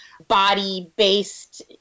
body-based